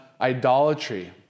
idolatry